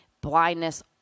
blindness